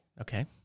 okay